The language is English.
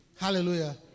Hallelujah